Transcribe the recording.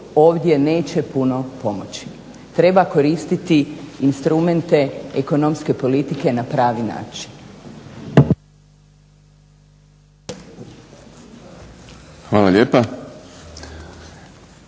ovdje neće puno koristiti, treba koristiti instrumente ekonomske politike na pravi način. **Šprem,